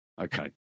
Okay